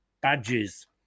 badges